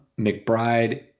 McBride